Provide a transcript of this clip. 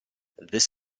this